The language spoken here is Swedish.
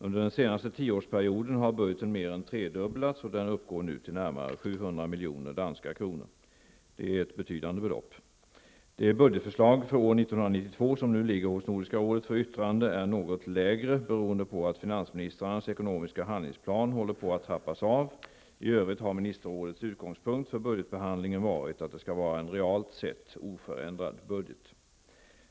Under den senaste tioårsperioden har budgeten mer än tredubblats, och den uppgår nu till närmare 700 miljoner danska kronor. Det är ett betydande belopp. Det budgetförslag för år 1992 som nu ligger hos Nordiska rådet för yttrande är något lägre beroende på att finansministrarnas ekonomiska handlingsplan håller på att trappas av. I övrigt har ministerrådets utgångspunkt för budgetbehandlingen varit att det skall vara en realt sett oförändrad budget.